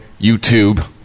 YouTube